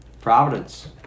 Providence